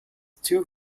two